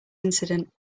incident